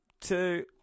Two